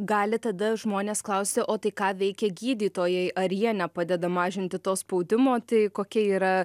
gali tada žmonės klausti o tai ką veikia gydytojai ar jie nepadeda mažinti to spaudimo tai kokia yra